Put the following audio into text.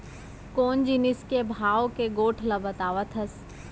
कोन जिनिस के भाव के गोठ ल बतावत हस?